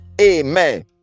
amen